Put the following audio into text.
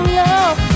love